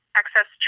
access